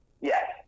Yes